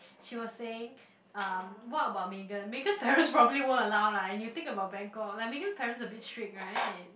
she was saying um what about Megan Megan's parents probably won't allow lah and you think about bangkok like Megan parents a bit strict right